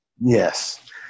yes